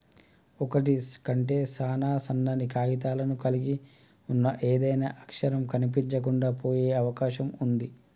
ఒకటి కంటే సాన సన్నని కాగితాలను కలిగి ఉన్న ఏదైనా అక్షరం కనిపించకుండా పోయే అవకాశం ఉంది